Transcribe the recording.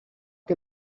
que